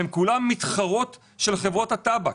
הן כולן מתחרות של חברות הטבק.